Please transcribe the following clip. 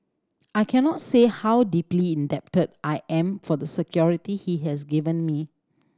I cannot say how deeply indebted I am for the security he has given me